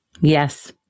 Yes